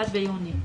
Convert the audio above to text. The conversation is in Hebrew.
1 ביוני?